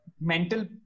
mental